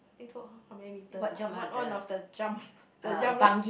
how many meters ah one one of the jump the jump lah